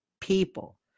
people